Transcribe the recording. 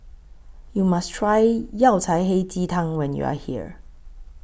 YOU must Try Yao Cai Hei Ji Tang when YOU Are here